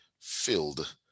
filled